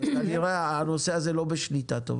כנראה הנושא הזה לא השליטה טובה.